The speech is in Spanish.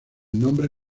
nombre